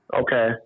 Okay